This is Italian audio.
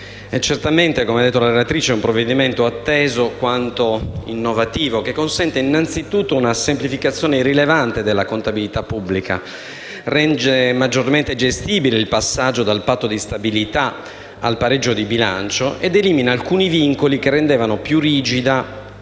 territoriali. Come ha detto la relatrice, è certamente un provvedimento atteso quanto innovativo che consente una semplificazione rilevante della contabilità pubblica. Rende maggiormente gestibile il passaggio dal Patto di stabilità al pareggio di bilancio ed elimina alcuni vincoli che rendevano più rigida